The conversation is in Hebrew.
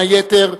בין היתר,